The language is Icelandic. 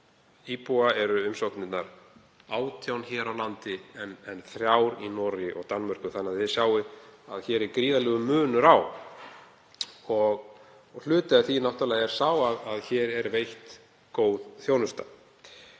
íbúa eru umsóknirnar 18 hér á landi en þrjár í Noregi og Danmörku, þannig að það er augljóst að hér er gríðarlegur munur á og hluti af því náttúrlega er að hér er veitt góð þjónusta.